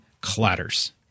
clatters